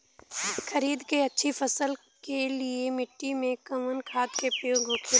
खरीद के अच्छी फसल के लिए मिट्टी में कवन खाद के प्रयोग होखेला?